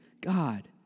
God